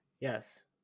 yes